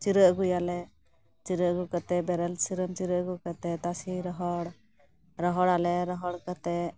ᱪᱤᱨᱟᱹ ᱟᱹᱜᱩᱭᱟᱞᱮ ᱪᱤᱨᱟᱹ ᱟᱹᱜᱩ ᱠᱟᱛᱮᱫ ᱵᱮᱨᱮᱞ ᱥᱤᱨᱟᱹᱢ ᱪᱤᱨᱟᱹ ᱟᱹᱜᱩ ᱠᱟᱛᱮᱫ ᱛᱟᱥᱮ ᱨᱚᱦᱚᱲ ᱨᱚᱦᱚᱲᱟᱞᱮ ᱨᱚᱦᱚᱲ ᱠᱟᱛᱮᱫ